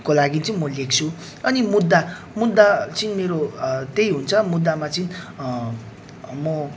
को लागि चाहिँ म लेख्छु अनि मुद्दा मुद्दा चाहिँ मेरो त्यही हुन्छ मुद्दामा चाहिँ म